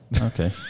Okay